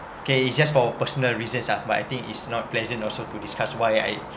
okay it's just for personal reasons ah but I think it's not pleasant also to discuss why I